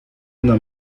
una